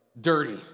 dirty